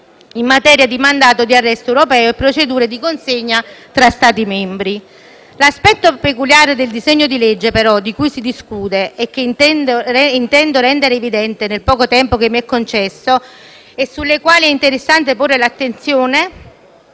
in materia di mandato di arresto europeo e procedure di consegna tra Stati membri. L'aspetto peculiare del disegno di legge di cui si discute e che intendo rendere evidente nel poco tempo che mi è concesso in quanto è interessante porvi attenzione